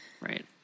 Right